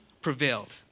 prevailed